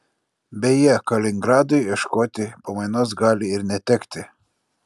beje kaliningradui ieškoti pamainos gali ir netekti